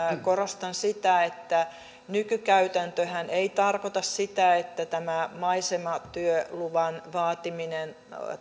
korostan sitä että nykykäytäntöhän ei tarkoita sitä että tämä maisematyöluvan vaatiminen